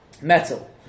metal